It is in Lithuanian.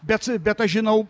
bet bet aš žinau